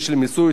תקציבים.